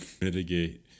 Mitigate